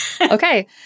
Okay